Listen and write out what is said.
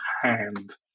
hand